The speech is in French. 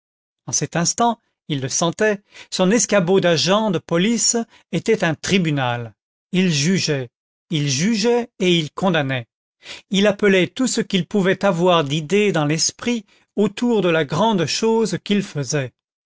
en cet instant il le sentait son escabeau d'agent de police était un tribunal il jugeait il jugeait et il condamnait il appelait tout ce qu'il pouvait avoir d'idées dans l'esprit autour de la grande chose qu'il faisait